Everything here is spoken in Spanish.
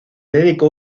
dedicó